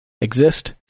exist